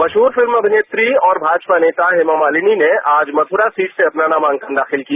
मशहूर फिल्म अभिनेत्री और भाजपा नेता हेमा मालिनी ने आज मथुरा सीट से अपना नामांकन दाखिल किया